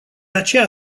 aceea